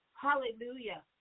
Hallelujah